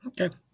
Okay